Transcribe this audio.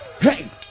Hey